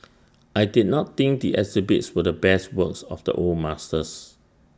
I did not think the exhibits were the best works of the old masters